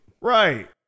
Right